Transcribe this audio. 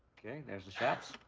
okay, there's the shots.